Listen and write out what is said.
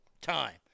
time